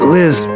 Liz